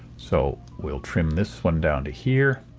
so, we'll trim this one down to here